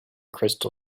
crystal